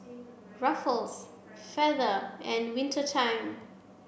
Ruffles Feather and Winter Time